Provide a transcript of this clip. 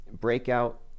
Breakout